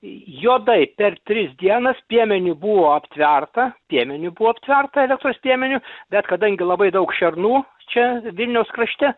juodai per tris dienas piemeniu buvo aptverta piemeniu buvo aptverta elektros piemeniu bet kadangi labai daug šernų čia vilniaus krašte